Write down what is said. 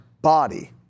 body